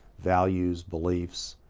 values, beliefs.